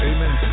Amen